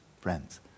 friends